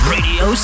Radio